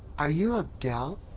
are you abdel?